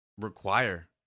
require